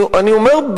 אני אומר,